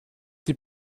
die